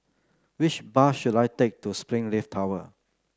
which bus should I take to Springleaf Tower